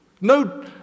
No